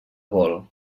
vol